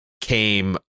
came